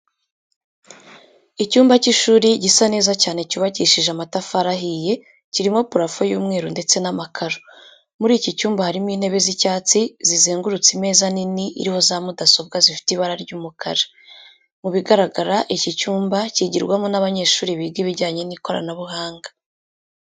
Icyumba cy'ishuri gisa neza cyane cyubakishije amatafari ahiye, kirimo parafo y'umweru ndetse n'amakaro. Muri iki cyumba harimo intebe z'icyatsi zizengurutse imeza nini iriho za mudasobwa zifite ibara ry'umukara. Mu bigaragara iki cyumba cyigirwamo n'abanyeshuri biga ibijyanye n'ikoranabuhanga.